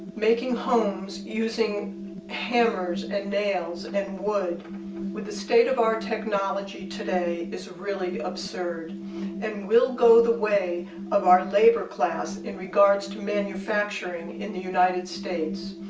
making homes using hammers and nails and and wood with the state of our technology today, is really absurd and will go the way of our labor class in regards to manufacturing in the united states.